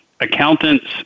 Accountants